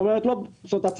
כלומר אם זה